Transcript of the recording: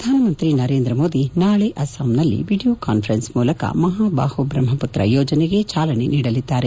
ಪ್ರಧಾನಮಂತ್ರಿ ನರೇಂದ್ರ ಮೋದಿ ನಾಳೆ ಅಸ್ನಾಂನಲ್ಲಿ ವಿಡಿಯೊ ಕಾನ್ವರೆನ್ಸ್ ಮೂಲಕ ಮಹಾಬಾಹು ಬ್ರಹ್ನಪುತ್ರ ಯೋಜನೆಗೆ ಚಾಲನೆ ನೀಡಲಿದ್ದಾರೆ